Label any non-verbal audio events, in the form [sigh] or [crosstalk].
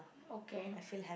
okay [noise]